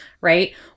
Right